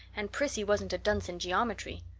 and prissy wasn't a dunce in geometry.